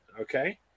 okay